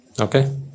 Okay